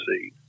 seed